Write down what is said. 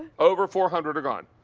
over four hundred are gone.